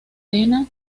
tena